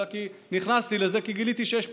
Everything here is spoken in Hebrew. אלא כי נכנסתי לזה כי גיליתי שיש פער.